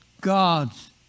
God's